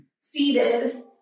seated